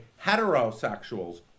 heterosexuals